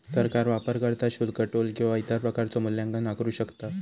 सरकार वापरकर्ता शुल्क, टोल किंवा इतर प्रकारचो मूल्यांकन आकारू शकता